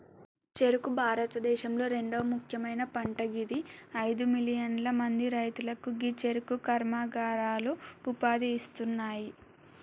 చెఱుకు భారతదేశంలొ రెండవ ముఖ్యమైన పంట గిది అయిదు మిలియన్ల మంది రైతులకు గీ చెఱుకు కర్మాగారాలు ఉపాధి ఇస్తున్నాయి